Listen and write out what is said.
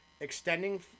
extending